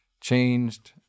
changed